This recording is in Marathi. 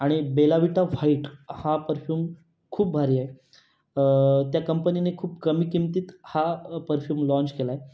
आणि बेला विटा व्हाईट हा परफ्युम खूप भारी आहे त्या कंपनीने खूप कमी किंमतीत हा परफ्युम लॉन्च केला आहे